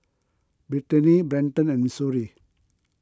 Britany Brenton and Missouri